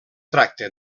tracta